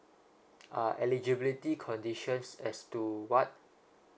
uh eligibility conditions as to what